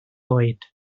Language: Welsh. oed